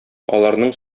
аларның